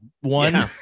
one